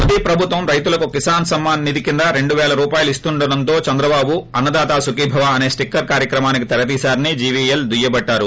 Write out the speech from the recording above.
మోదీ ప్రభుత్వం రైతులకు కిసాన్ సమ్మాన్ నిధి కింద రెండు పేల రూపాయలు ఇస్తుండటంతో చంద్రబాబు అన్న దాత సుఖీభవ అనే స్టిక్కర్ కార్యక్రమానికి తెర తీశారణి జీవీఎల్ దుయ్యబట్టారు